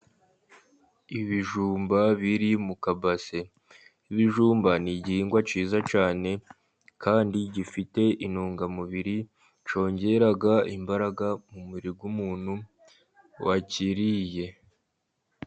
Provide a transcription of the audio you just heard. Ibijumba biri mu kabase. Ibijumba ni igihingwa cyiza cyane, kandi gifite intungamubiri, cyongera imbaraga mu mubiri w'umuntu wakiriye.